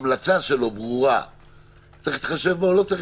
המלצה שלו צריך להתחשב בה או לא?